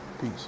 Peace